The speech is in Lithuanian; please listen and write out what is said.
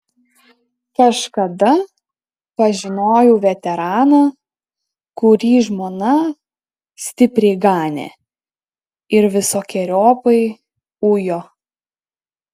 kažkada pažinojau veteraną kurį žmona stipriai ganė ir visokeriopai ujo